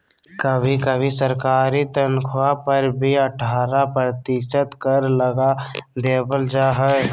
कभी कभी सरकारी तन्ख्वाह पर भी अट्ठारह प्रतिशत कर लगा देबल जा हइ